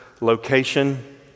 location